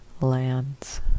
lands